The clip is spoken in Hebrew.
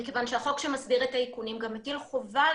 מכיוון שהחוק שמסדיר את האיכונים גם מטיל חובה על